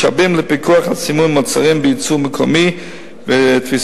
משאבים לפיקוח על סימון מוצרים בייצור מקומי ותפיסתם